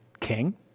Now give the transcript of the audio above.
king